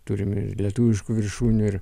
turim ir lietuviškų viršūnių ir